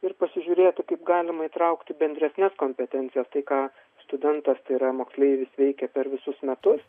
ir pasižiūrėti kaip galima įtraukti bendresnes kompetencijas tai ką studentas tai yra moksleivis veikė per visus metus